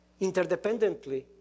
interdependently